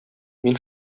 мин